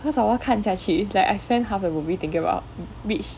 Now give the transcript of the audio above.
cause I want 看下去 like I spend half the movie thinking about which